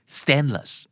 stainless